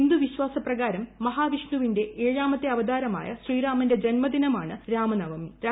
ഹിന്ദു വിശ്വാസ പ്രകാരം മഹാവിഷ്ണുവിന്റെ ഏഴാമത്തെ അവതാരമായ ശ്രീരാമന്റെ ജന്മദിനമാണ് രാമനവമി്